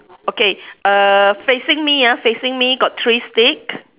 okay err facing me ah facing me got three stick